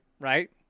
right